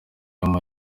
y’uyu